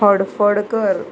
Hadfadkar